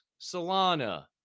Solana